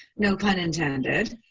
no pun intended,